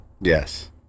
Yes